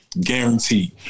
guaranteed